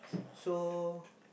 so